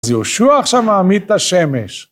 אז יהושע עכשיו מעמיד את השמש.